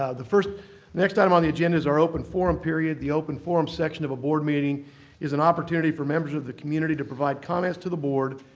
ah the next item on the agenda is our open forum period. the open forum section of a board meeting is an opportunity for members of the community to provide comments to the board.